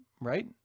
Right